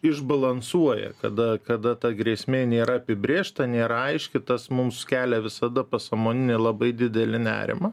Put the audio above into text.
išbalansuoja kada kada ta grėsmė nėra apibrėžta nėra aiški tas mums kelia visada pasąmoninį labai didelį nerimą